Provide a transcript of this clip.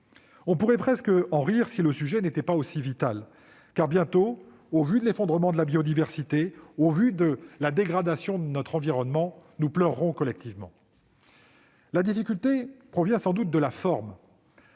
On pourrait presque en rire si le sujet n'était pas aussi vital, car bientôt, au vu de l'effondrement de la biodiversité et de la dégradation de notre environnement, nous pleurerons collectivement. La difficulté tient sans doute à la forme.